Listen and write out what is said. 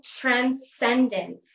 transcendent